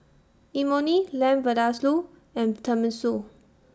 Imoni Lamb Vindaloo and Tenmusu